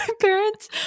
parents